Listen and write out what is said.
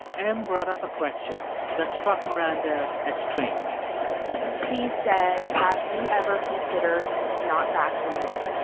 m brought up a question that struck maranda as strange she said, have you ever considered not vaccinating?